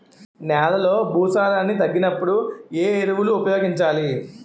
నెలలో భూసారాన్ని తగ్గినప్పుడు, ఏ ఎరువులు ఉపయోగించాలి?